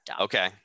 Okay